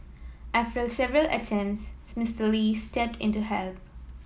after several attempts Mr Lee stepped in to help